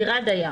דירת דייר.